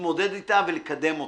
להתמודד איתה ולקדם אותה.